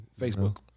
Facebook